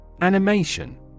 Animation